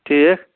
ٹھیٖک